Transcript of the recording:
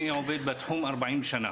אני עובד בתחום 40 שנה.